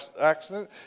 accident